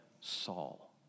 Saul